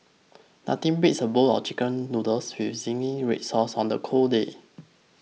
nothing beats a bowl of Chicken Noodles with Zingy Red Sauce on the cold day